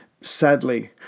sadly